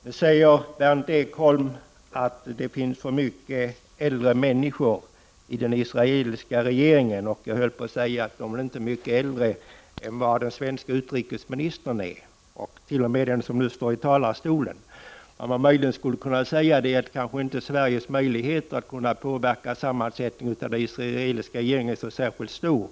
Nu säger Berndt Ekholm att det finns för många äldre människor i den israeliska regeringen. Jag höll på att säga att de inte är mycket äldre än den svenske utrikesministern eller den som nu står i talarstolen. Vad man möjligen skulle kunna säga är att Sveriges möjlighet att påverka sammansättningen av den israeliska regeringen inte är särskilt stor.